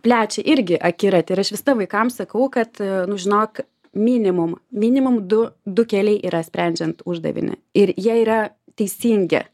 plečia irgi akiratį ir aš visada vaikam sakau kad nu žinok minimum minimum du du keliai yra sprendžiant uždavinį ir jie yra teisingi